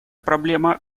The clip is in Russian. проблема